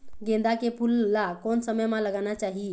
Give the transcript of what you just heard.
गेंदा के फूल ला कोन समय मा लगाना चाही?